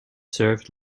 served